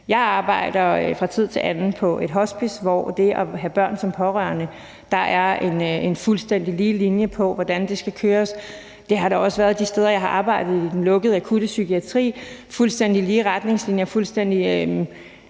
Jeg arbejder fra tid til anden på et hospice, hvor der i forbindelse med det at have børn som pårørende er en fuldstændig lige linje, i forhold til hvordan det skal køres. Det har der også været de steder, jeg har arbejdet i den lukkede akutte psykiatri, altså fuldstændig lige retningslinjer og en fuldstændig